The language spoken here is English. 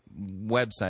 website